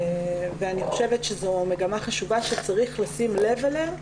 אני חושבת שזאת מגמה חשובה שצריך לשים לב אליה.